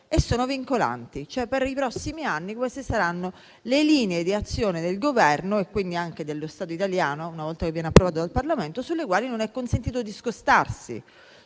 In sostanza cioè per i prossimi anni queste saranno le linee di azione del Governo, quindi anche dello Stato italiano una volta approvato dal Parlamento, dalle quali non sarà consentito discostarsi,